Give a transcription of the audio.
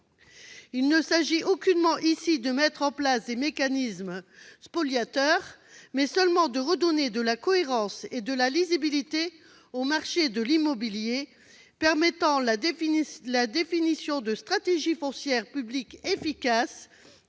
Il ne s'agit aucunement ici de mettre en place des mécanismes spoliateurs. Il convient seulement de redonner de la cohérence et de la lisibilité au marché de l'immobilier, permettant la définition de stratégies foncières publiques efficaces,